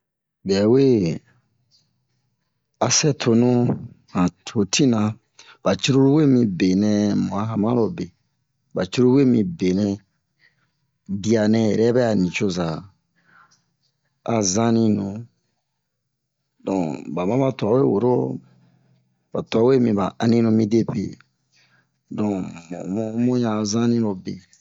ɓɛ wee asɛ tonu mu han ho tina ɓa curulu we mi benɛ mu a hanmanrobe ɓa curulu we mi benɛ biya nɛ yɛrɛ ɓɛ'a nucoza a zanni nu donk ɓa maba twa we woro ɓa twa we miɓa anninu midepe donk mu mu mu ɲan zannilobe